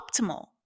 optimal